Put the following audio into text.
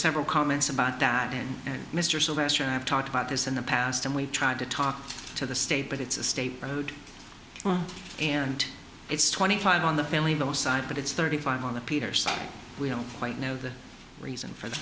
several comments about that and mr sylvester i've talked about this in the past and we've tried to talk to the state but it's a state road and it's twenty five on the family the outside but it's thirty five on the peter side we don't quite know the reason for th